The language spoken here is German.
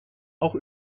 auch